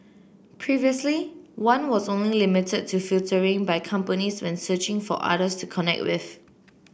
previously one was only limited to filtering by companies when searching for others to connect with